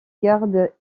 garde